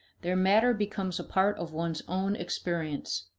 their matter becomes a part of one's own experience.